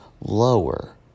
lower